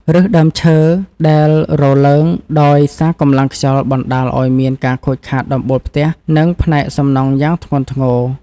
ឫសដើមឈើដែលរលើងដោយសារកម្លាំងខ្យល់បណ្តាលឱ្យមានការខូចខាតដំបូលផ្ទះ និងផ្នែកសំណង់យ៉ាងធ្ងន់ធ្ងរ។